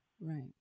Right